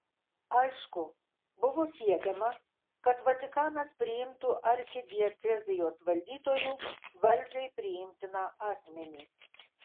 aišku buvo siekiama kad vatikanas priimtų arkidiecezijos valdytoju valdžiai priimtiną asmenį